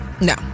No